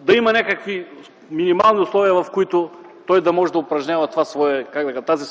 да има някакви минимални условия, в които той да може да се отдаде на тази